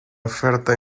oferta